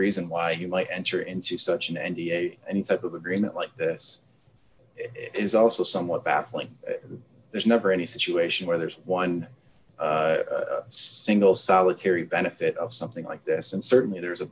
reason why you might enter into such an n d a and sort of agreement like this is also somewhat baffling there's never any situation where there's one single solitary benefit of something like this and certainly there is a